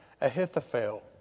Ahithophel